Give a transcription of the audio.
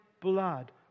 blood